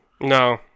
No